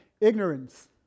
ignorance